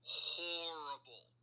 horrible